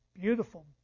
beautiful